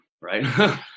right